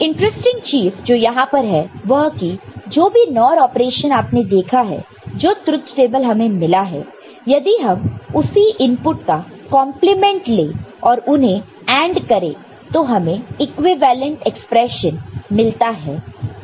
एक इंटरेस्टिंग चीज जो यहां पर है वह कि जो भी NOR ऑपरेशन आपने देखा है जो ट्रुथ टेबल हमें मिला है यदि हम उसी इनपुट का कंप्लीमेंट ले और उन्हें AND करें तो हमें इक्विवेलेंट एक्सप्रेशन मिलता है